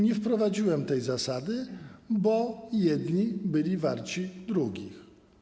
Nie wprowadziłem tej zasady, bo jedni byli warci drugich.